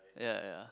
ya ya